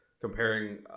comparing